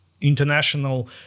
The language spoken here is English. international